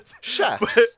chefs